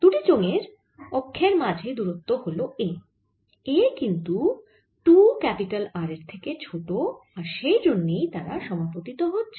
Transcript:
দুটি চোঙের অক্ষের মাঝে দূরত্ব হল a a কিন্তু 2 R এর থেকে ছোট আর সেই জন্যই তারা সমাপতিত হচ্ছে